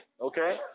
okay